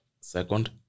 second